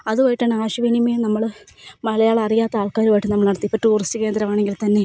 അതുമായിട്ടാണ് ആശയവിനിമയം നമ്മൾ മലയാളം അറിയാത്ത ആൾക്കാരുമായിട്ട് നമ്മൾ നടത്തി ഇപ്പോൾ ടൂറിസ്റ്റ് കേന്ദ്രമാണെങ്കിൽത്തന്നെ